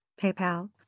PayPal